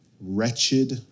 Wretched